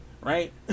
Right